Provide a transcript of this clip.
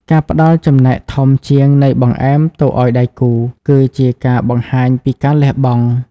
ការផ្ដល់ចំណែកធំជាងនៃបង្អែមទៅឱ្យដៃគូ គឺជាការបង្ហាញពីការលះបង់។